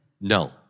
no